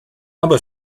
aber